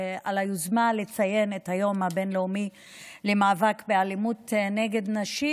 על היוזמה לציין את היום הבין-לאומי למאבק באלימות נגד נשים.